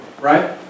Right